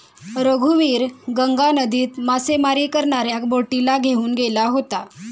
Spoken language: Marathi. रघुवीर गंगा नदीत मासेमारी करणाऱ्या बोटीला घेऊन गेला होता